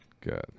Good